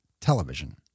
television